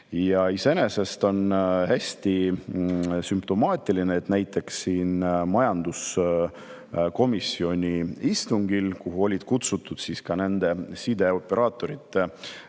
Iseenesest on hästi sümptomaatiline, et näiteks majanduskomisjoni istungil, kuhu olid kutsutud ka sideoperaatorite